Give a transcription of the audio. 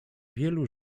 wielu